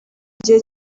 gihe